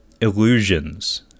illusions